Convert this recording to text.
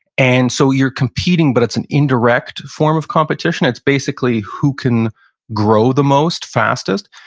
and so you're competing, but it's an indirect form of competition. it's basically who can grow the most, fastest.